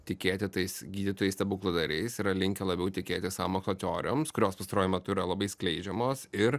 tikėti tais gydytojais stebukladariais yra linkę labiau tikėti sąmokslo teorijoms kurios pastaruoju metu yra labai skleidžiamos ir